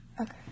Okay